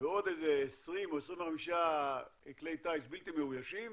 ועוד 20 או 25 כלי טיס בלתי מאוישים,